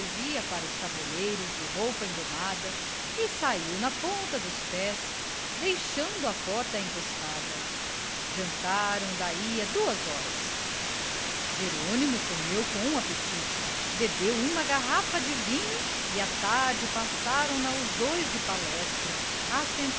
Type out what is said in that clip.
servia para os tabuleiros de roupa engomada e saiu na ponta dos pés deixando a porta encostada jantaram daí a duas horas jerônimo comeu com apetite bebeu uma garrafa de vinho e a tarde passaram na os dois de palestra